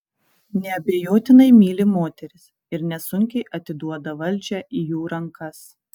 neabejotinai myli moteris ir nesunkiai atiduoda valdžią į jų rankas